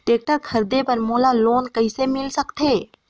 Tractor खरीदे बर मोला लोन कइसे मिल सकथे?